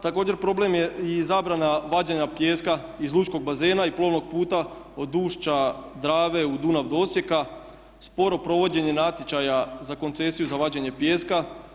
Također, problem je i zabrana vađenja pijeska iz lučkog bazena i plovnog puta od ušća Drave u Dunav do Osijeka, sporo provođenje natječaja za koncesiju za vađenje pijeska.